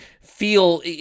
feel